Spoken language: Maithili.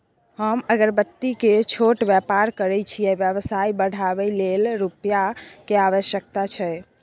हम अगरबत्ती के छोट व्यापार करै छियै व्यवसाय बढाबै लै रुपिया के आवश्यकता छै?